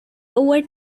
over